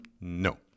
No